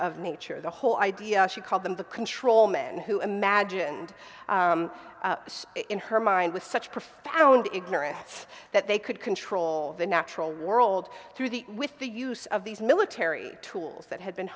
of nature the whole idea she called them the control men who imagined in her mind with such profound ignorance that they could control the natural world through the with the use of these military tools that had been